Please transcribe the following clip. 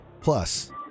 Plus